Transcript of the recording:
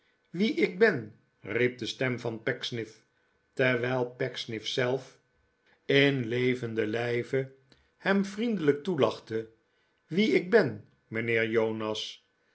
wie ik ben eiep de stem van pecksniff terwijl pecksniff zelf in levenden luve hem vriendelijk toelachte wie ik ben munheer